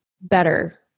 better